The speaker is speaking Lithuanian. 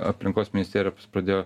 aplinkos ministerija paskui pradėjo